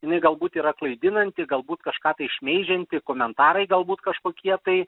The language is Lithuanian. jinai galbūt yra klaidinanti galbūt kažką tai šmeižianti komentarai galbūt kažkokie tai